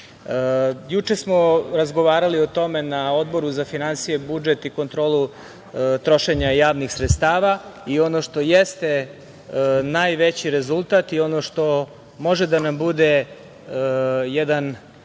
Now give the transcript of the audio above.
smo razgovarali o tome na Odboru za finansije, budžet i kontrolu trošenja javnih sredstava. Ono što jeste najveći rezultat i ono što može da nam bude jedan